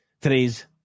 today's